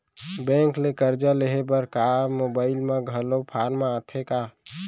Bank ले करजा लेहे बर का मोबाइल म घलो फार्म आथे का?